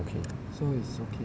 okay